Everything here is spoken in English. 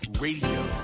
Radio